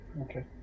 okay